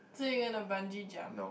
so you going to bungee jump